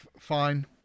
Fine